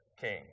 king